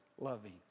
loving